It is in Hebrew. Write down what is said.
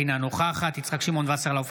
אינה נוכחת יצחק שמעון וסרלאוף,